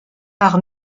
par